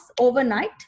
overnight